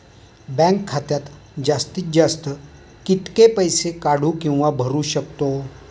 Bank खात्यात जास्तीत जास्त कितके पैसे काढू किव्हा भरू शकतो?